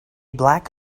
black